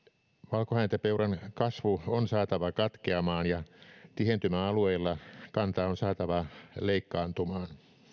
valkohäntäpeuran kannan kasvu on saatava katkeamaan ja tihentymäalueilla kanta on saatava leikkaantumaan